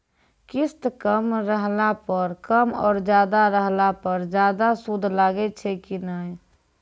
किस्त कम रहला पर कम और ज्यादा रहला पर ज्यादा सूद लागै छै कि नैय?